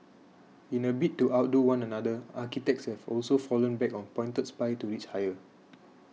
in a bid to outdo one another architects have also fallen back on pointed spires to reach higher